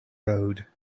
road